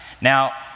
Now